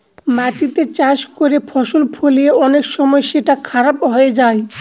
মাটিতে চাষ করে ফসল ফলিয়ে অনেক সময় সেটা খারাপ হয়ে যায়